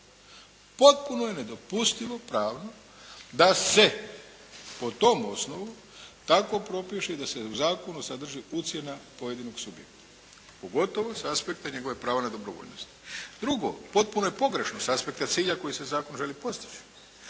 Potpuno je nedopustivo pravno, da se po tom osnovu tako propiše i da se tako u zakonu sadrži ucjena pojedinog subjekta, pogotovo sa aspekta njegovog prava na dobrovoljnost. Drugo. Potpuno je pogrešno s aspekta cilja koji se zakonom želi postići,